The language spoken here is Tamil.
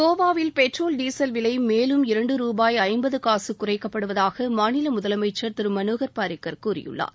கோவாவில் டெட்ரோல் டீசல் விலை மேலும் இரண்டு ரூபாய் ஜம்பது காசு குறைக்கப்படுவதாக மாநில முதலமைச்சர் திரு மனோகர் பாரிக்கர் கூறியுள்ளார்